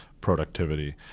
productivity